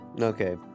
Okay